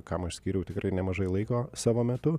kam aš skyriau tikrai nemažai laiko savo metu